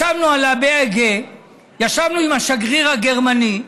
ישבנו על ה-BEG עם שגריר גרמניה.